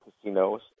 casinos